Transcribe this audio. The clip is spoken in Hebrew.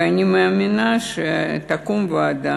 ואני מאמינה שתקום ועדה,